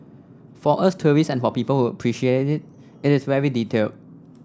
for us tourists and for people who appreciate it it is very detail